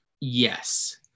yes